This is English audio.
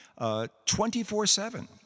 24-7